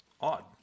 Odd